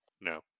No